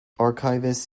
archivists